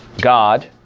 God